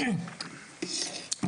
בנוסף,